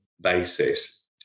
basis